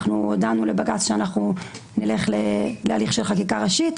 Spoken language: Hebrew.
אנחנו הודענו לבג"ץ שנלך להליך של חקיקה ראשית,